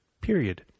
period